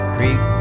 Creek